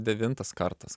devintas kartas